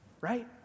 Right